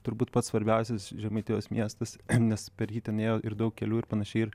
turbūt pats svarbiausias žemaitijos miestas nes per jį ten ėjo ir daug kelių ir panašiai ir